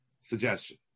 suggestion